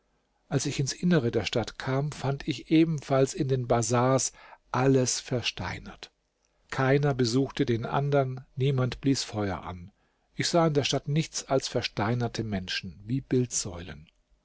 als ich ins innere der stadt kam fand ich ebenfalls in den bazars alles versteinert keiner besuchte den andern niemand blies feuer an ich sah in der stadt nichts als versteinerte menschen wie